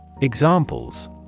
Examples